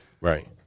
Right